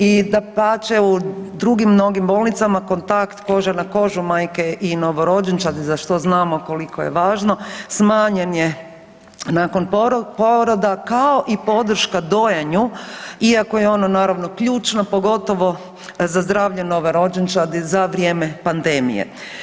I dapače u drugim mnogim bolnicama kontakt koža na kožu majke i novorođenčadi za što znamo koliko je važno smanjen je nakon poroda, kao i podrška dojenju iako je ono naravno ključno pogotovo za zdravlje novorođenčadi za vrijeme pandemije.